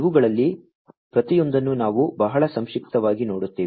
ಇವುಗಳಲ್ಲಿ ಪ್ರತಿಯೊಂದನ್ನು ನಾವು ಬಹಳ ಸಂಕ್ಷಿಪ್ತವಾಗಿ ನೋಡುತ್ತೇವೆ